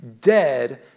dead